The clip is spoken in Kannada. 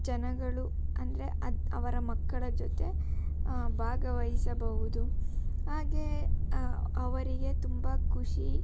ಜನಗಳು ಅಂದರೆ ಅದು ಅವರ ಮಕ್ಕಳ ಜೊತೆ ಭಾಗವಹಿಸಬಹುದು ಹಾಗೇ ಅವರಿಗೆ ತುಂಬ ಖುಷಿ